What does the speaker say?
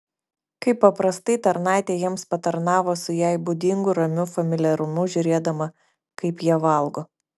kaip paprastai tarnaitė jiems patarnavo su jai būdingu ramiu familiarumu žiūrėdama kaip jie valgo